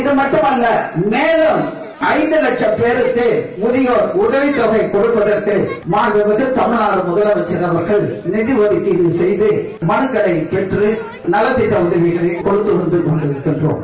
இதமட்டுமல்ல மேலும் ஐந்து வட்சும் பேருக்கு முதியோர் உதவித்தொகை கொடுப்பதற்கு மாண்புமிகு தமிழ்நாடு முதலமைச்சர் அவர்கள் நிதி ஒதுக்கீடு செய்து மனுக்களைப் பெற்று நலத்திட்ட உதவிகளை கொடுத்துக் கொண்டிருக்கிறோம்